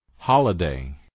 Holiday